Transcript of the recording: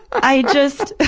i just,